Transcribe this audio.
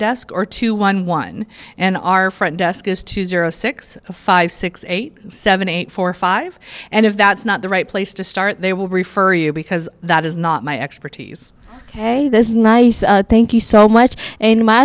desk or to one one and our front desk is to zero six five six eight seven eight four five and if that's not the right place to start they will refer you because that is not my expertise ok this is nice thank you so much and my